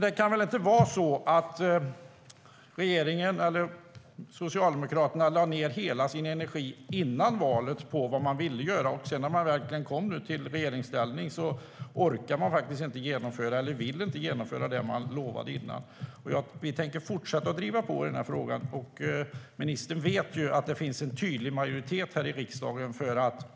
Det kan väl inte vara så att regeringen eller Socialdemokraterna lade ned hela sin energi innan valet på vad man ville göra. När man nu verkligen kom i regeringsställning orkar eller vill man inte genomföra det man lovade innan. Vi tänker fortsätta att driva på i den här frågan. Ministern vet att det finns en tydlig majoritet här i riksdagen.